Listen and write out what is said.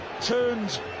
turns